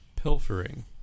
pilfering